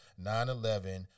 9-11